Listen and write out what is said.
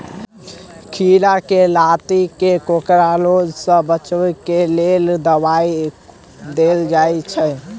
खीरा केँ लाती केँ कोकरी रोग सऽ बचाब केँ लेल केँ दवाई देल जाय छैय?